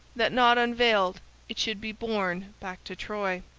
that not unveiled it should be borne back to troy.